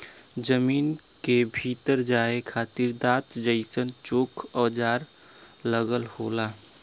जमीन के भीतर जाये खातिर दांत जइसन चोक औजार लगल होला